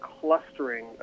clustering